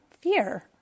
fear